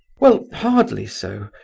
well, hardly so.